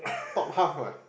thought half what